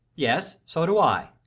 yes. so do i.